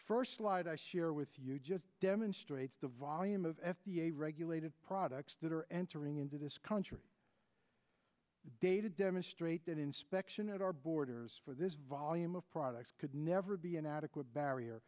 first light i share with you just demonstrates the volume of f d a regulated products that are entering into this country data demonstrate that inspection at our borders for this volume of products could never be an adequate barrier